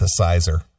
synthesizer